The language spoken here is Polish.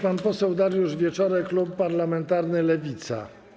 Pan poseł Dariusz Wieczorek, klub parlamentarny Lewica.